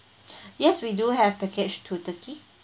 yes we do have package to turkey